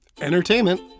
entertainment